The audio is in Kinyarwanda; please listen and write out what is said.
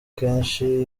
kenshi